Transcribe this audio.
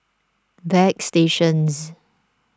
Bagstationz